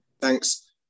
Thanks